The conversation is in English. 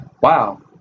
wow